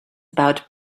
about